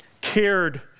cared